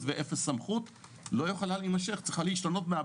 מה שהם אומרים בסעיף הזה הוא שיכולים להתייחס לשני בתי חולים,